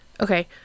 Okay